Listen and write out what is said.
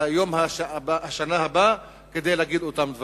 נגיע בשנה הבאה ונגיד אותם דברים.